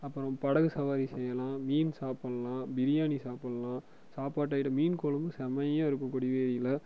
அப்புறம் படகு சவாரி செய்யலாம் மீன் சாப்புடலாம் பிரியாணி சாப்புடலாம் சாப்பாட்டு ஐட்டம் மீன் குழம்பு செமையாகருக்கும் கொடிவேரியில்